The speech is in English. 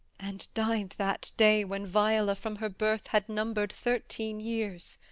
and died that day when viola from her birth had numb'red thirteen years.